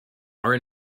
are